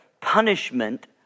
punishment